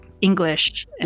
English